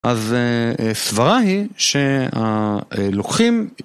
אז סברה היא שהלוקחים